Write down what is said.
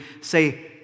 say